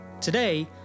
Today